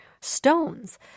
stones